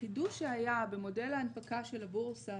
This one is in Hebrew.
החידוש שהיה במודל ההנפקה של הבורסה,